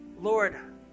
Lord